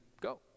go